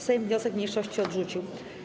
Sejm wniosek mniejszości odrzucił.